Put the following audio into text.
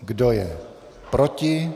Kdo je proti?